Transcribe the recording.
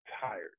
tired